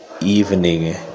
evening